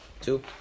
two